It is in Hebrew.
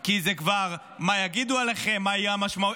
כי זה כבר מה יגידו עליכם, מה תהיה המשמעות.